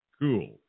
cool